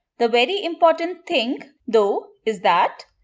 the very important thing though is that,